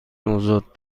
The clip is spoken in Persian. نوزاد